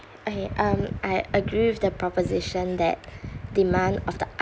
okay um I agree with the proposition that demand of the